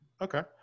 okay